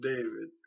David